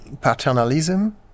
paternalism